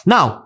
Now